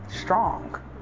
strong